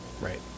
Right